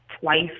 twice